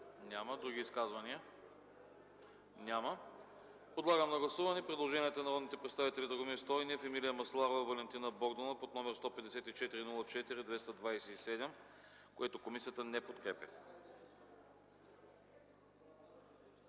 Няма. Други изказвания? Няма. Подлагам на гласуване предложението на народните представители Драгомир Стойнев, Емилия Масларова и Валентина Богданова под № 154-04-227, което комисията не подкрепя.